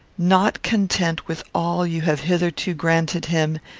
not content with all you have hitherto granted him,